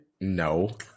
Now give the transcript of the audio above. No